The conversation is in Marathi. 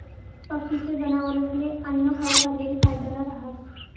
पक्षीस्ले, जनावरस्ले आन्नं खाऊ घालेल फायदानं रहास